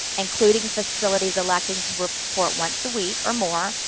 including facilities electing to report once a week or more,